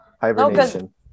Hibernation